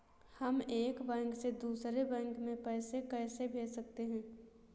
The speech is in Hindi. हम एक बैंक से दूसरे बैंक में पैसे कैसे भेज सकते हैं?